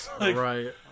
right